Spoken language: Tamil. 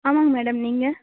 ஆமாம் மேடம் நீங்கள்